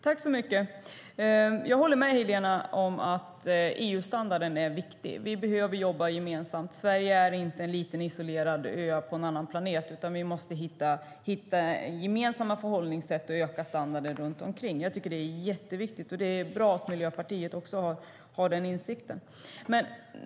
Fru talman! Jag håller med Helena om att EU-standarden är viktig. Vi behöver jobba gemensamt. Sverige är inte en liten isolerad ö på en annan planet, utan vi måste hitta gemensamma förhållningssätt och höja standarden runt om. Det är jätteviktigt, och det är bra att Miljöpartiet har den insikten.